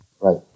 Right